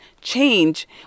change